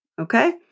Okay